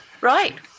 Right